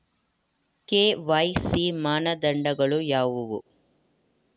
KYC ಮಾನದಂಡಗಳು ಯಾವುವು?